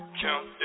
Count